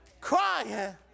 crying